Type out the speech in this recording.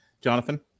Jonathan